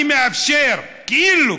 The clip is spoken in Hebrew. אני מאפשר כאילו,